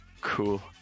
Cool